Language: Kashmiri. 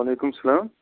وعلیکُم سَلام